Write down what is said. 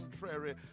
contrary